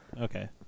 Okay